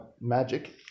magic